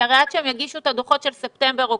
עד שהם יגישו את הדוחות של ספטמבר-אוקטובר,